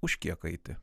už kiek eiti